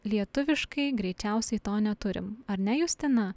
lietuviškai greičiausiai to neturim ar ne justina